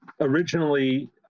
originally